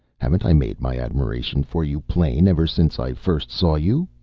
haven't i made my admiration for you plain ever since i first saw you?